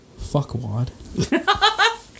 Fuckwad